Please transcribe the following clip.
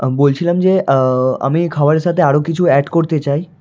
বলছিলাম যে আমি খাবারের সাথে আরও কিছু অ্যাড করতে চাই